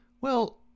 Well